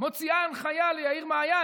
מוציאה הנחיה ליאיר מעיין,